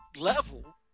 level